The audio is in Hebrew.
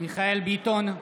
מיכאל מרדכי ביטון,